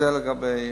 זה לגבי זה.